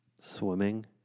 Swimming